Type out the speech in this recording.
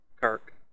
Kirk